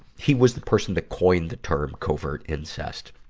he was the person that coined the term covert incest.